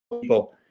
people